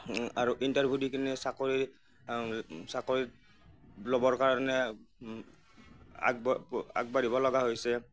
আৰু ইন্টাৰভিউ দি কিনে চাকৰি চাকৰি ল'বৰ কাৰণে আগবাব আগবাঢ়িব লগা হৈছে